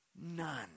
None